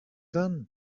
done